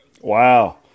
Wow